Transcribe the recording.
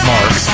Mark